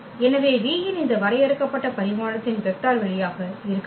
எனவே V ன் இந்த வரையறுக்கப்பட்ட பரிமாணத்தின் வெக்டர் வெளியாக இருக்கட்டும்